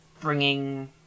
bringing